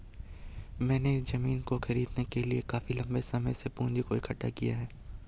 मैंने इस जमीन को खरीदने के लिए काफी लंबे समय से पूंजी को इकठ्ठा किया है